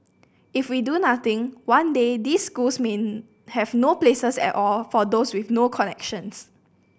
if we do nothing one day these schools may have no places at all for those with no connections